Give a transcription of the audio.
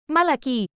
Malaki